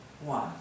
one